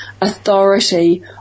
authority